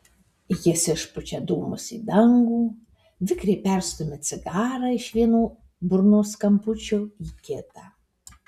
jis išpučia dūmus į dangų vikriai perstumia cigarą iš vieno burnos kampučio į kitą